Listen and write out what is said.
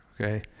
okay